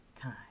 time